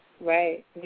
Right